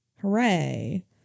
Hooray